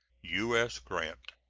u s. grant.